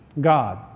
God